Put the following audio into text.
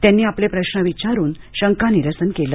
त्यांनी आपले प्रश्न विचारून शंकानिरसन केले